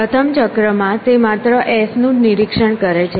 પ્રથમ ચક્રમાં તે માત્ર s નું જ નિરીક્ષણ કરે છે